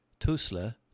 TUSLA